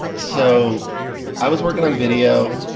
so i was working on video,